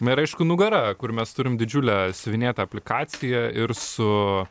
na ir aišku nugara kur mes turim didžiulę siuvinėtą aplikaciją ir su